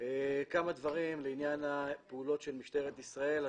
אומר כמה דברים בעניין הפעולות של משטרת ישראל.